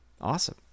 Awesome